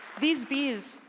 these bees,